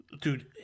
dude